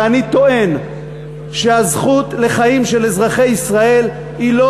ואני טוען שהזכות לחיים של אזרחי ישראל היא לא